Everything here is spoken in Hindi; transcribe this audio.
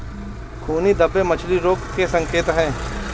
खूनी धब्बे मछली रोग के संकेत हैं